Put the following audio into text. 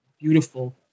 beautiful